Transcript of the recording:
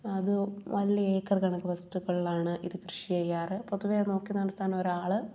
അത് വലിയ ഏക്കർ കണക്ക് വസ്തുകളിലാണ് ഇത് കൃഷി ചെയ്യാറ് പൊതുവെ നോക്കി നടത്താൻ ഒരാൾ